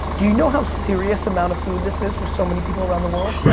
do you know how serious amount of food this is for so many people around the world?